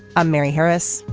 i'm mary harris.